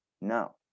no